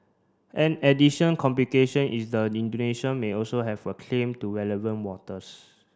an addition complication is the Indonesia may also have a claim to relevant waters